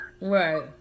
Right